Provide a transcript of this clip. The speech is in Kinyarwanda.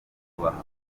kubaha